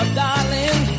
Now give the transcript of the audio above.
darling